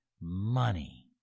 money